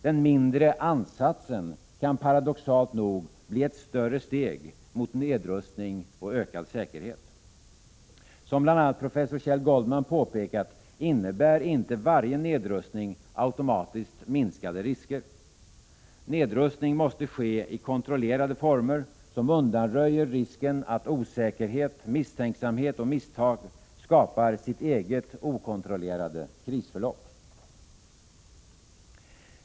Den mindre ansatsen kan paradoxalt nog bli ett större steg mot nedrustning och ökad säkerhet. Som bl.a. professor Kjell Goldman påpekat innebär inte varje nedrustning automatiskt minskade risker. Nedrustning måste ske i kontrollerade former, som undanröjer risken för att osäkerhet, misstänksamhet och misstag skapar sitt eget okontrollerade krisförlopp.